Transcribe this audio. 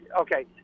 Okay